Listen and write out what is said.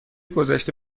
گذشته